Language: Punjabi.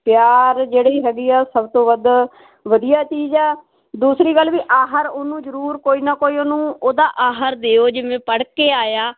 ਪਿਆਰ ਜਿਹੜੀ ਹੈਗੀ ਆ ਸਭ ਤੋਂ ਵੱਧ ਵਧੀਆ ਚੀਜ਼ ਆ ਦੂਸਰੀ ਗੱਲ ਵੀ ਆਹਰ ਉਹਨੂੰ ਜਰੂਰ ਕੋਈ ਨਾ ਕੋਈ ਉਹਨੂੰ ਉਹਦਾ ਆਹਰ ਦਿਓ ਜਿਵੇਂ ਪੜ੍ਹ ਕੇ ਆਇਆ